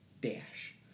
dash